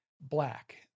black